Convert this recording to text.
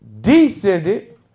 descended